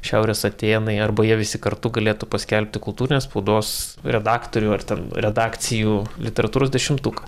šiaurės atėnai arba jie visi kartu galėtų paskelbti kultūrinės spaudos redaktorių ar ten redakcijų literatūros dešimtuką